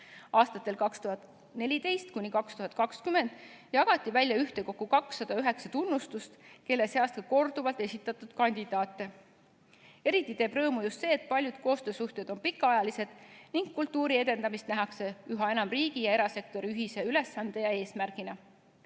Aastatel 2014–2020 jagati välja ühtekokku 209 tunnustust. Nende inimeste seas on ka korduvalt esitatud kandidaate. Eriti teeb rõõmu see, et paljud koostöösuhted on pikaajalised ning kultuuri edendamist nähakse üha enam riigi ja erasektori ühise ülesande ja eesmärgina.